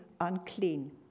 unclean